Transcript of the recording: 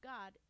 God